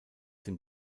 dem